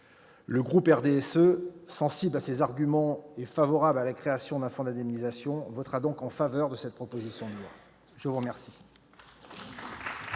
Européen, sensible à ces arguments et favorable à la création d'un fonds d'indemnisation, votera donc en faveur de cette proposition de loi. La parole